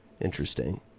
interesting